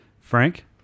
Frank